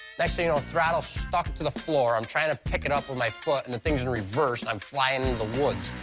next thing you know, throttle stuck to the floor. i'm trying to pick it up with my foot, and the thing's in reverse, and i'm flying into the woods.